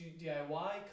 DIY